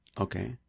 Okay